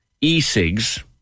e-cigs